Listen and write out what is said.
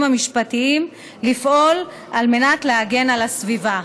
המשפטיים לפעול על מנת להגן על הסביבה,